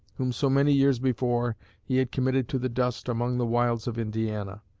whom so many years before he had committed to the dust among the wilds of indiana.